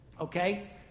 Okay